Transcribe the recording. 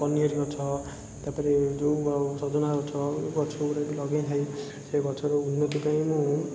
କନିଅରି ଗଛ ତା'ପରେ ଯେଉଁ ଆଉ ସଜନା ଗଛ ଏଇ ଗଛ ଗୁଡ଼ିକୁ ଲଗେଇଥାଏ ଏଇ ଗଛରେ ଉନ୍ନତି ପାଇଁ ମୁଁ